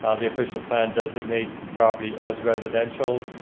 ah the official plan designates the property as residential.